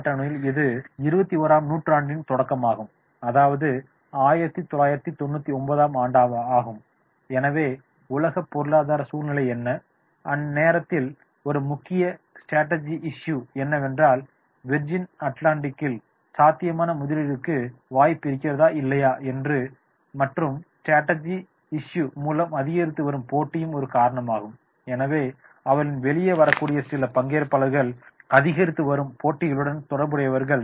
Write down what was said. கால அட்டவணையில் இது 21 ஆம் நூற்றாண்டின் தொடக்கமாகும் அதாவது 1999ம் ஆண்டாகும் எனவே உலக பொருளாதார சூழ்நிலை என்ன அந்த நேரத்தில் ஒரு முக்கிய ஸ்ட்ராட்டஜி இஸ்யு என்னவென்றால் விர்ஜின் அட்லாண்டிக்கில் சாத்தியமான முதலீடுக்கு வாய்ப்பு இருக்கிறதா இல்லையா என்று மற்றம் ஸ்ட்ராட்டஜி இஸ்யூயின் மூலம் அதிகரித்துவரும் போட்டியும் ஒரு காரணமாகும் எனவே அவர்கள் வெளியே வரக்கூடிய சில பங்கேற்பாளர்கள் அதிகரித்து வரும் போட்டிகளுடன் தொடர்புடையவர்கள்